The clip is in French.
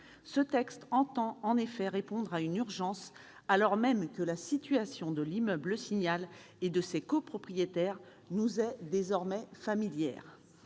Ce texte entend en effet répondre à une urgence, alors même que la situation de l'immeuble Le Signal et de ses copropriétaires nous est désormais familière.